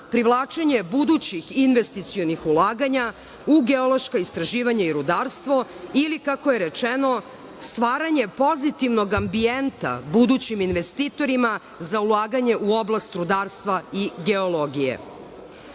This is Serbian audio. privlačenje budućih investicionih ulaganja u geološka istraživanja i rudarstvo ili kako je rečeno – stvaranje pozitivnog ambijenta budućim investitorima za ulaganje u oblast rudarstva i geologije.U